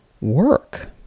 work